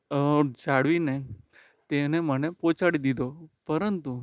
અ જાળવીને તેણે મને પહોંચાડી દીધો પરંતુ